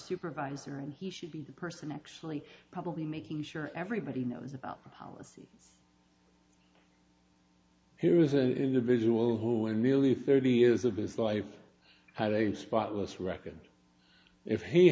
supervisor and he should be the person actually probably making sure everybody knows about the policy here is an individual who in nearly thirty years of his life had a spotless record if he